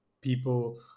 people